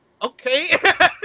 Okay